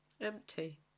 empty